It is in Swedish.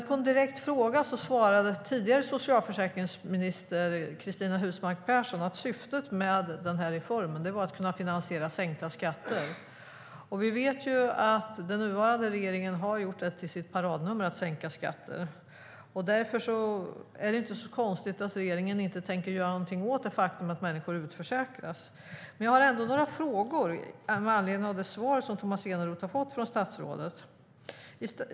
På en direkt fråga svarade dock tidigare socialförsäkringsministern Cristina Husmark Pehrsson att syftet med reformen var att finansiera sänkta skatter, och vi vet att den nuvarande regeringen har gjort det till sitt paradnummer att sänka skatter. Därför är det inte så konstigt att regeringen inte tänker göra någonting åt det faktum att människor utförsäkras. Jag har ändå några frågor med anledning av det svar Tomas Eneroth har fått av statsrådet.